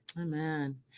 Amen